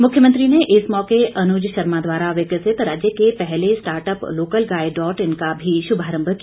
मुख्यमंत्री ने इस मौके अनुज शर्मा द्वारा विकसित राज्य के पहले स्टार्टअप लोकलगाय डॉट इन का भी शुभारंभ किया